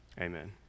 Amen